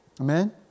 Amen